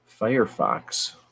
Firefox